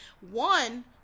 one